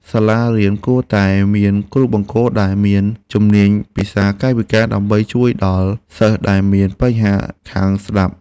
សាលារៀនគួរតែមានគ្រូបង្គោលដែលមានជំនាញភាសាកាយវិការ ដើម្បីជួយដល់សិស្សដែលមានបញ្ហាខាងការស្តាប់។